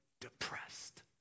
depressed